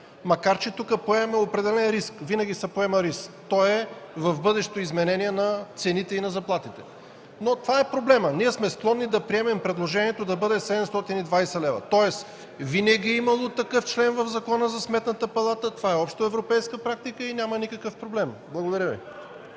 Макар че тук поемаме определен риск. Винаги се поема риск – той е в бъдещо изменение на цените и на заплатите. Обаче това е проблемът. Ние сме склонни да приемем предложението да бъде 720 лв., тоест винаги е имало е такъв член в Закона за Сметната палата, това е общоевропейска практика и няма никакъв проблем. Благодаря Ви.